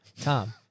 Tom